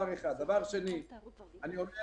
שנית, אני אומר